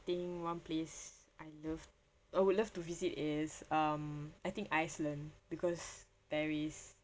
think one place I love I will love to visit is um I think iceland because there is